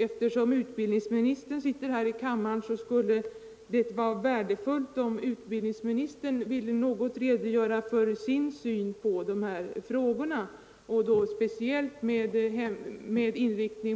Eftersom utbildningsministern sitter i kammaren vore det värdefullt om han ville redogöra för sin syn på dessa frågor, speciellt med hänsyn